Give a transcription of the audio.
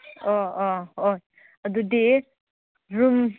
ꯑꯣ ꯑꯣ ꯑꯣ ꯑꯗꯨꯗꯤ ꯔꯨꯝ